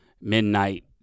midnight